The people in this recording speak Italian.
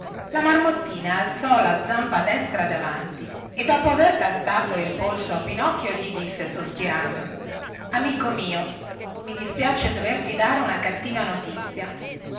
la marmottina alzò la zampa destra davanti e dopo aver tastato il polso di pinocchio gli disse sospirando amico mio mi dispiace doverti dare una cattiva notizia